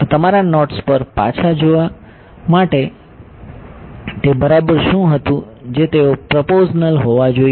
તો તમારા નોડ્સ પર પાછા જોવા માટે તે બરાબર શું હતું જે તેઓ પ્રોપોઝનલ હોવા જોઈએ